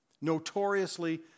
Notoriously